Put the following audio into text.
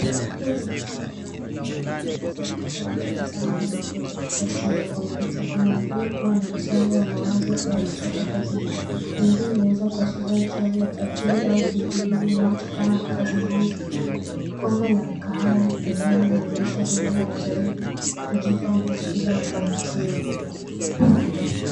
Huu ni mchoro wa mwanamke aliyekaa mezani akiwa amechoka sana hadi kuweka kichwa juu ya kompyuta, anaonekana kuwa ana msongo wa mawazo au kuchoka kazini. Hali hii inaeza kuashiria uchovu wa kiakili au kiwiliwili unaotokana na kazi nyingi. Kombe la kahawa pembeni linaonyesha huenda anajaribu kujipa nguvu bila mafanikio.